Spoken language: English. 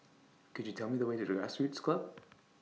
Could YOU Tell Me The Way to Grassroots Club